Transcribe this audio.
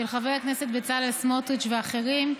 של חבר הכנסת בצלאל סמוטריץ ואחרים,